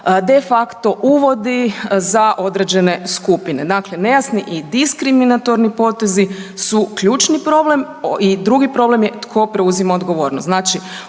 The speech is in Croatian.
de facto uvodi za određene skupine? Dakle, nejasni i diskriminatorni potezi su ključni problem i drugi problem je tko preuzima odgovornost.